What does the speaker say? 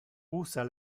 usa